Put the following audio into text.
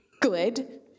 Good